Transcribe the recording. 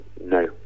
no